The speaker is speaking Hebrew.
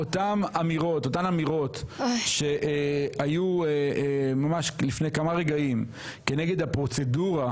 אותן אמירות שהיו ממש לפני כמה רגעים כנגד הפרוצדורה,